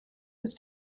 this